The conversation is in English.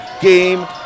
game